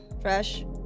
fresh